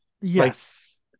yes